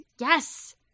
Yes